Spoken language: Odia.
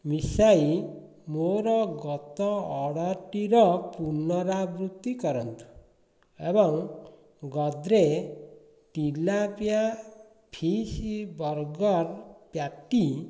ମିଶାଇ ମୋର ଗତ ଅର୍ଡ଼ର୍ଟିର ପୁନରାବୃତ୍ତି କରନ୍ତୁ ଏବଂ Godrej tilapia fish burger patty